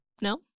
No